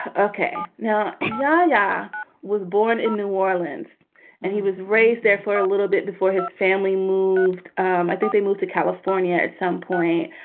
ah ok. now, i yeah yeah was born in new orleans and he was raised there for a little bit before his family moved. um i think they moved to california at some point.